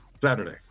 Saturday